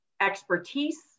expertise